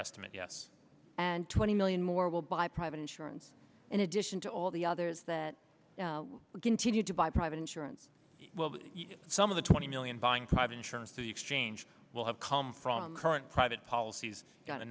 estimate yes and twenty million more will buy private insurance in addition to all the others that will continue to buy private insurance some of the twenty million buying private insurance the exchange will have come from current private policies got a